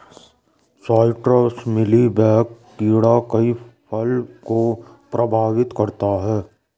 citrus mealy bug कीड़ा कई फल को प्रभावित करता है